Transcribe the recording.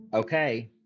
Okay